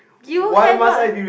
you cannot